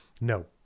No